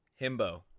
Himbo